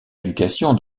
éducation